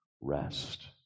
rest